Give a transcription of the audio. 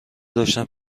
داشتم